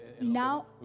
now